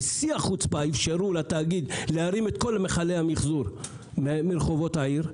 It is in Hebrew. בשיא החוצפה אפשרו לתאגיד להרים את כל מכלי המחזור מרחובות העיר.